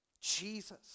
Jesus